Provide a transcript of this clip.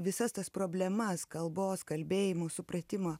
visas tas problemas kalbos kalbėjimo supratimą